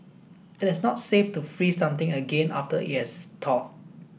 it is not safe to freeze something again after it has thawed